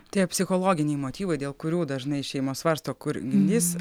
tie psichologiniai motyvai dėl kurių dažnai šeimos svarsto kur jis